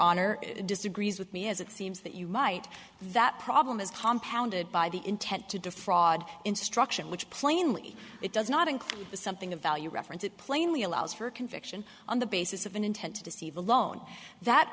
honor disagrees with me as it seems that you might that problem is compounded by the intent to defraud instruction which plainly it does not include something of value reference it plainly allows for conviction on the basis of an intent to deceive alone that